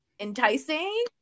Enticing